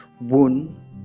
wound